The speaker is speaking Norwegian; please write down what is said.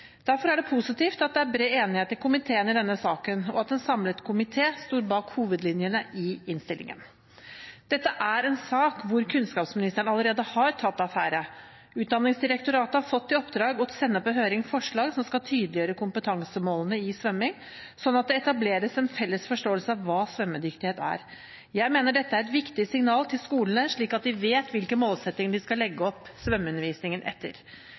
Derfor er det positivt at det er bred enighet i komiteen i denne saken, og at en samlet komité står bak hovedlinjene i innstillingen. Dette er en sak hvor kunnskapsministeren allerede har tatt affære. Utdanningsdirektoratet har fått i oppdrag å sende på høring forslag som skal tydeliggjøre kompetansemålene i svømming, slik at det etableres en felles forståelse av hva svømmedyktighet er. Jeg mener dette er et viktig signal til skolene, slik at de vet hvilke målsettinger de skal legge opp svømmeundervisningen etter.